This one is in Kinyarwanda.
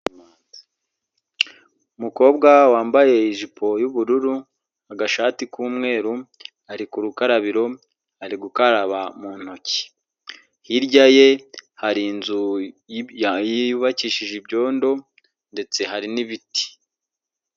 Umukobwa wambaye ijipo y'ubururu, agashati k'umweru ari ku rukarabiro, ari gukaraba mu ntoki, hirya ye hari inzu yubakishije ibyondo ndetse hari n'ibiti.